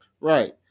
Right